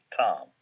Tom